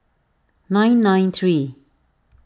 nine nine three